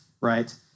right